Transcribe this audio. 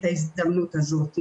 את ההזדמנות הזאת.